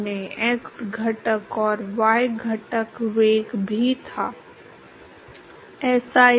तो अब मैं अपने संशोधित चर के संदर्भ में गणना कर सकता हूं और कि यह हो जाएगा